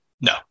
No